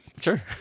Sure